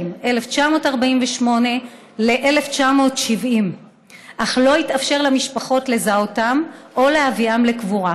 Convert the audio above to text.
1948 ל-1970 אך לא התאפשר למשפחות לזהותם או להביאם לקבורה.